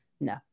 no